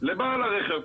לבעל הרכב.